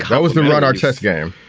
that was the right our chess game.